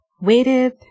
Waited